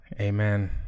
amen